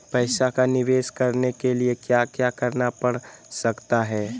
पैसा का निवेस करने के लिए क्या क्या करना पड़ सकता है?